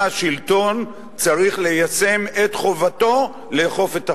השלטון צריך ליישם את חובתו לאכוף את החוק.